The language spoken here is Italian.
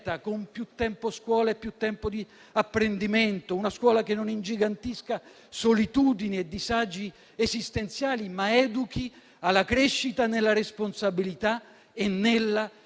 con più tempo scuola e più tempo di apprendimento; una scuola che non ingigantisca solitudini e disagi esistenziali, ma educhi alla crescita nella responsabilità e nella